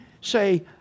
say